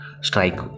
strike